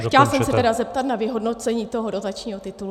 Chtěla jsem se tedy zeptat na vyhodnocení toho dotačního titulu.